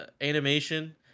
animation